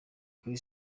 kuri